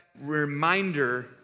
reminder